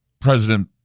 President